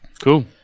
Cool